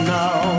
now